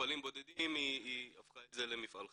מטופלים בודדים היא הפכה את זה למפעל חיים.